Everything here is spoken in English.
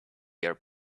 your